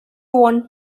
want